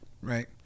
right